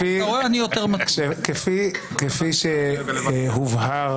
כפי שהובהר,